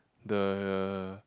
the